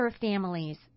families